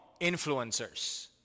influencers